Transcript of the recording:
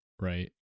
right